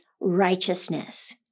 righteousness